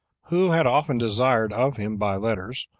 who had often desired of him by letters,